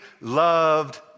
loved